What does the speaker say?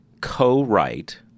co-write